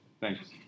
Thanks